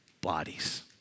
bodies